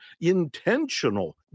intentional